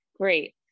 Great